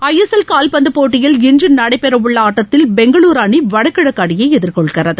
ISL கால்பந்துப் போட்டியில் இன்று நடைபெற உள்ள ஆட்டத்தில் பெங்களுரு அணி வடகிழக்கு அணியை எதிர்கொள்கிறது